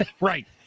right